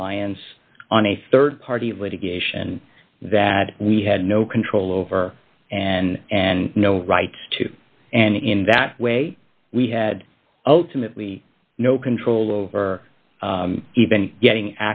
reliance on a rd party litigation that we had no control over and and no rights to and in that way we had ultimately no control over even getting